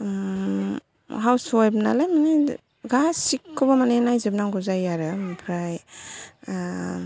house wife नालाय नोङो गासिबखौबो नायजोबनांगौ जायो आरो ओमफ्राइ